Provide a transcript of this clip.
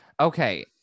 Okay